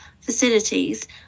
facilities